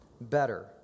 better